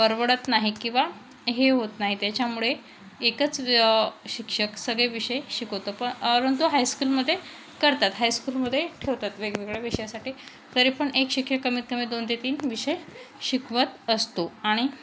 परवडत नाही किंवा हे होत नाही त्याच्यामुळे एकच शिक्षक सगळे विषय शिकवतो पण हायस्कूलमध्ये करतात हायस्कूलमध्ये ठेवतात वेगवेगळ्या विषयासाठी तरी पण एक शिक्षक कमीतकमी दोन ते तीन विषय शिकवत असतो आणि